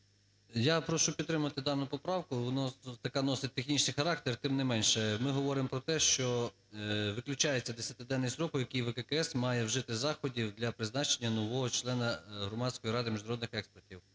Я прошу підтримати дану поправку, вона така носить технічний характер. І тим не менше, ми говоримо про те, що виключається десятиденний строк, у який ВККС має вжити заходів для призначення нового члена Громадської ради міжнародних експертів.